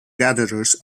gatherers